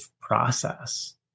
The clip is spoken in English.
process